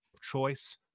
choice